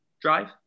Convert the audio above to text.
Drive